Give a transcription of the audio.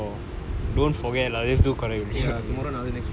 I did it last friday last friday lah so so do every friday for three weeks